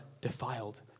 defiled